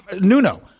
Nuno